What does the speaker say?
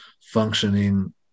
functioning